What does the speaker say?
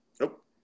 Nope